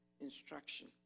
instruction